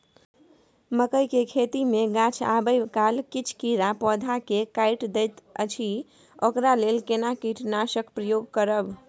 मकई के खेती मे गाछ आबै काल किछ कीरा पौधा स के काइट दैत अछि ओकरा लेल केना कीटनासक प्रयोग करब?